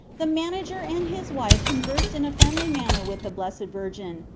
the manager and his wife conversed in a friendly manner with the blessed virgin,